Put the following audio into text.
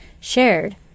shared